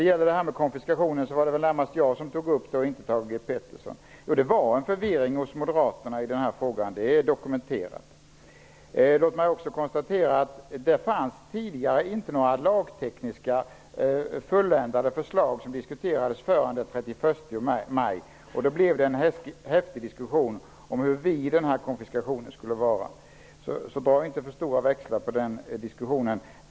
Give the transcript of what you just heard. Vad gäller frågan om konfiskation var det nog närmast jag som tog upp den, inte Thage G Peterson. Men det är dokumenterat att det förelåg en förvirring i denna fråga hos moderaterna. Låt mig också konstatera att det tidigare inte fanns några lagtekniska fulländade förslag att diskutera förrän den 31 maj. Då blev det en häftig diskussion om hur omfattande denna konfiskation skulle vara. Men dra inte för stora växlar av den diskussionen!